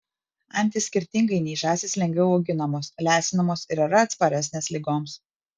antys skirtingai nei žąsys lengviau auginamos lesinamos ir yra atsparesnės ligoms